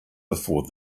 before